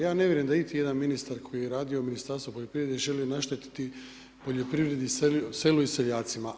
Ja ne vjerujem iti jedan ministar koji je radio u Ministarstvu poljoprivrede ne želi naštetiti poljoprivredi, selu i seljacima.